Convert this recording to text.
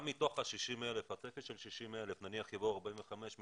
נניח שמתוך הצפי של 60,000 יבואו 45,000